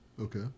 Okay